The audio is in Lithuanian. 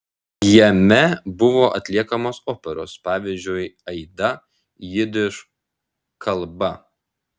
jame buvo atliekamos operos pavyzdžiui aida jidiš kalba